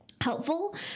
helpful